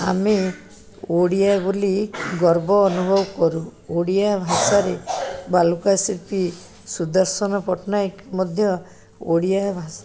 ଆମେ ଓଡ଼ିଆ ବୋଲି ଗର୍ବ ଅନୁଭବ କରୁ ଓଡ଼ିଆ ଭାଷାରେ ବାଲୁକାଶିଳ୍ପୀ ସୁଦର୍ଶନ ପଟ୍ଟନାୟକ ଓଡ଼ିଆ ଭାଷାରେ ମଧ୍ୟ